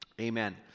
amen